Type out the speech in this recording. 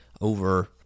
over